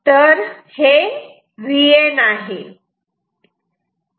तर हे Vn आहे